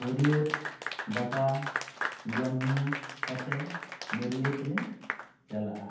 ᱵᱟᱹᱨᱭᱟᱹᱛ ᱫᱟᱠᱟ ᱡᱚᱢ ᱧᱩ ᱠᱟᱛᱮᱜ ᱵᱟᱹᱨᱭᱟᱹᱛ ᱞᱮ ᱪᱟᱞᱟᱜᱼᱟ